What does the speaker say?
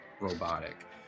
robotic